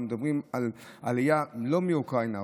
על עלייה שהיא לא מאוקראינה.